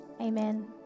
Amen